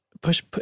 push